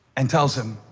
and tells him